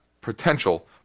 potential